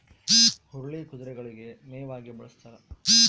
ಹುರುಳಿ ಕುದುರೆಗಳಿಗೆ ಮೇವಾಗಿ ಬಳಸ್ತಾರ